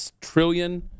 trillion